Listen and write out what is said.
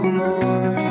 more